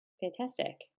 Fantastic